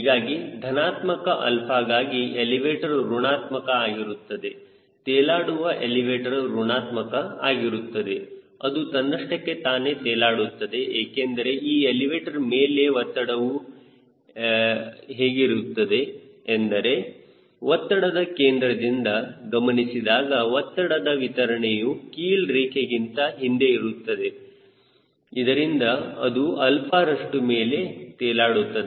ಹೀಗಾಗಿ ಧನಾತ್ಮಕ 𝛼ಗಾಗಿ ಎಲಿವೇಟರ್ ಋಣಾತ್ಮಕ ಆಗಿರುತ್ತದೆ ತೇಲಾಡುವ ಎಲಿವೇಟರ್ ಋಣಾತ್ಮಕ ಆಗಿರುತ್ತದೆ ಅದು ತನ್ನಷ್ಟಕ್ಕೆ ತಾನೇ ತೇಲಾಡುತ್ತದೆ ಏಕೆಂದರೆ ಈ ಎಲಿವೇಟರ್ ಮೇಲೆ ಒತ್ತಡವು ಹೇಗಿರುತ್ತದೆ ಎಂದರೆ ಒತ್ತಡದ ಕೇಂದ್ರದಿಂದ ಗಮನಿಸಿದಾಗ ಒತ್ತಡದ ವಿತರಣೆಯು ಕೀಲು ರೇಖೆಗಿಂತ ಹಿಂದೆ ಇರುತ್ತದೆ ಇದರಿಂದ ಅದು 𝛼ರಷ್ಟು ಮೇಲೆ ತೇಲಾಡುತ್ತದೆ